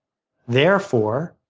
therefore,